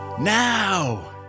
Now